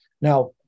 Now